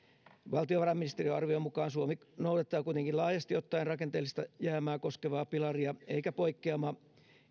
valtiovarainministeriön arvion mukaan suomi noudattaa kuitenkin laajasti ottaen rakenteellista jäämää koskevaa pilaria eikä poikkeama